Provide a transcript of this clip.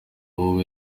wowe